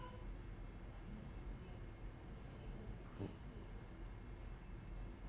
mm